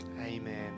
amen